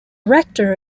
rector